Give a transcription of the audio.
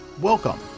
Welcome